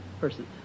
person